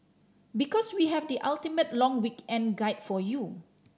because we have the ultimate long weekend guide for you